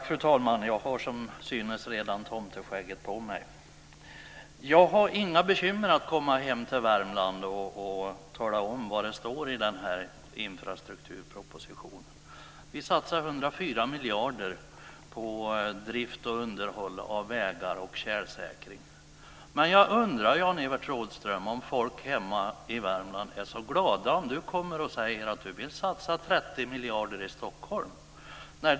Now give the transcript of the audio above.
Fru talman! Som synes har jag redan tomteskägget på mig. Jag har inga bekymmer med att komma hem till Värmland och tala om vad som står i den här infrastrukturpropositionen. Vi satsar 104 miljarder på drift och underhåll av vägar samt på tjälsäkring. Men jag undrar, Jan-Evert Rådhström, om man hemma i Värmland är så glad om du kommer och säger att du vill satsa 30 miljarder i Stockholm.